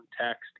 text